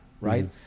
right